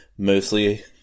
Mostly